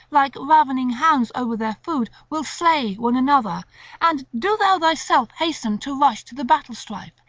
like ravening hounds over their food, will slay one another and do thou thyself hasten to rush to the battle-strife,